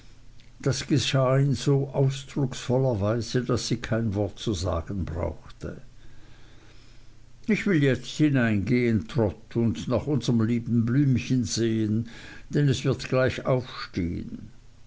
das geschah in so ausdrucksvoller weise daß sie kein wort zu sagen brauchte ich will jetzt hineingehen trot und nach unserm lieben blümchen sehen denn es wird gleich aufstehen